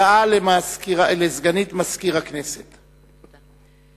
אני קובע שהצעת חוק מס הכנסה (תרומה לקרן לאומית או